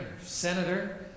senator